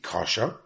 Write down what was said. Kasha